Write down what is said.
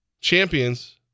champions